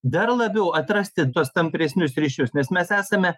dar labiau atrasti tuos tampresnius ryšius nes mes esame